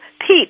Pete